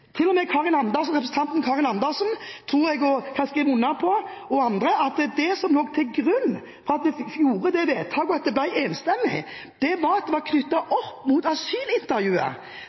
og med representanten Karin Andersen – og andre – tror jeg kan skrive under på at det som lå til grunn for at vi gjorde det vedtaket, og for at det ble enstemmig, var at det var knyttet opp mot asylintervjuet.